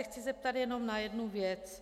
Chci se zeptat jenom na jednu věc.